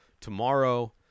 tomorrow